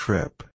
Trip